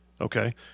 Okay